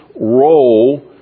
role